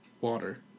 water